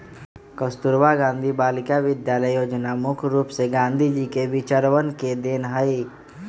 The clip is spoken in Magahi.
कस्तूरबा गांधी बालिका विद्यालय योजना मुख्य रूप से गांधी जी के विचरवन के देन हई